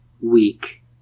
weak